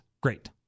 great